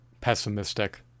pessimistic